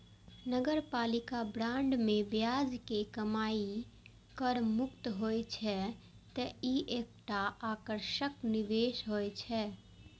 नगरपालिका बांड मे ब्याज के कमाइ कर मुक्त होइ छै, तें ई एकटा आकर्षक निवेश होइ छै